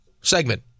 Segment